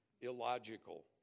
illogical